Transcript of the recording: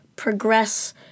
progress